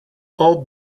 all